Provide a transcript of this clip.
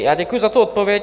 Já děkuji za tu odpověď.